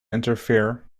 interfere